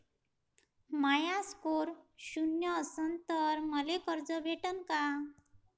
माया score शून्य असन तर मले कर्ज भेटन का?